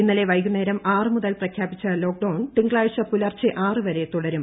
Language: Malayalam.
ഇന്നലെ വൈകുന്നേരം ആറ് മുതൽ പ്രഖ്യാപിച്ച ലോക്ഡൌൺ തിങ്കളാഴ്ച പുലർച്ചെ ആറ് വരെ തുടരും